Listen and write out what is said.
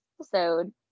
episode